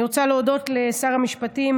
אני רוצה להודות לשר המשפטים,